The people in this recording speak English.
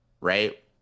right